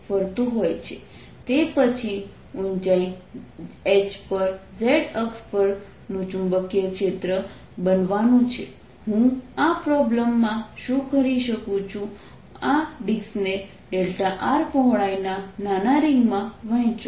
તે પછી ઊંચાઈ h પર z અક્ષ પરનું ચુંબકીય ક્ષેત્ર બનવાનું છે હું આ પ્રોબ્લેમ માં શું કરી શકું છું આ ડિસ્કને r પહોળાઈના નાના રિંગમાં વહેંચો